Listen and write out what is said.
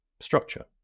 structure